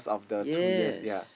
yes